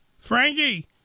Frankie